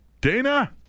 Dana